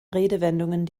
redewendungen